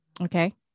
Okay